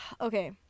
Okay